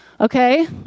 okay